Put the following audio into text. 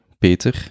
Peter